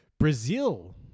Brazil